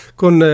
con